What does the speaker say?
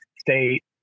state